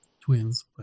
twins